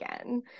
again